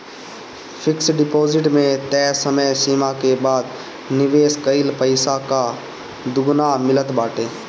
fix deposit में तय समय सीमा के बाद निवेश कईल पईसा कअ दुगुना मिलत बाटे